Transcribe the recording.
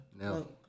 no